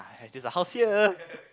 is a house here